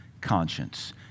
conscience